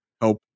help